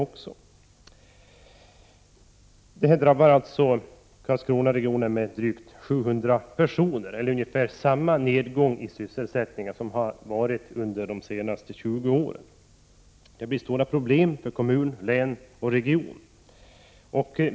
Företagsnedläggningen drabbar alltså Karlskronaregionen med drygt 700 personer, vilket är ungefär samma nedgång i sysselsättningen som har skett under de senaste 20 åren. Det blir stora problem för kommun, län och region.